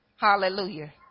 Hallelujah